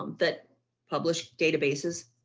that publish databases,